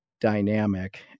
dynamic